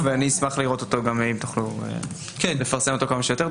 אני אשלח ואני אשמח לראות אותו אם תוכלו לפרסם אותו כמה שיותר מהר.